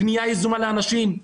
פנייה יזומה לאנשים.